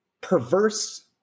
perverse